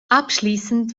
abschließend